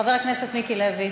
חבר הכנסת מיקי לוי.